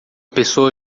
pessoa